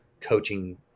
coaching